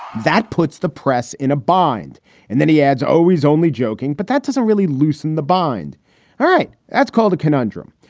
that puts the press in a bind and then he adds, always only joking. but that doesn't really loosen the bind. all right. that's called a conundrum.